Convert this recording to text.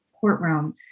courtroom